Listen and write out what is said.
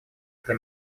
для